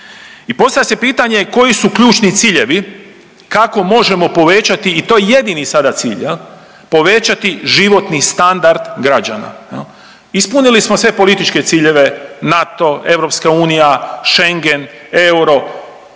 I postavlja se pitanje koji su ključni ciljevi kako možemo povećati i to je jedini sada cilj povećati životni standard građana? Ispunili smo sve političke ciljeve NATO, EU, Schengen, euro